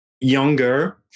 younger